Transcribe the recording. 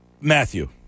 Matthew